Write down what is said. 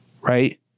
right